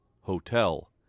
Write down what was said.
Hotel